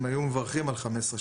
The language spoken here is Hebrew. הם היו מברכים על 15,000-16,000.